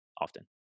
often